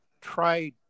try